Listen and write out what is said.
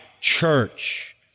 church